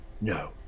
no